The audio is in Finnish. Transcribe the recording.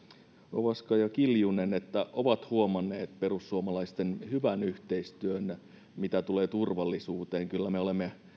ovaska ja kiljunen että he ovat huomanneet perussuomalaisten hyvän yhteistyön mitä tulee turvallisuuteen kyllä me olemme